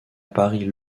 paris